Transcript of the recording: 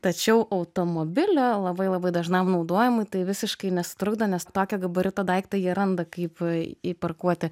tačiau automobilio labai labai dažnam naudojimui tai visiškai nesutrukdo nes tokio gabarito daiktą jie randa kaip įparkuoti